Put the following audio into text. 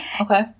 okay